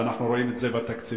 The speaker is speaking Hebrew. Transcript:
אנחנו רואים את זה בתקציבים.